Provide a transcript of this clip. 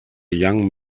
young